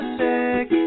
sick